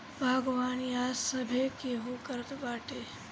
बागवानी आज सभे केहू करत बाटे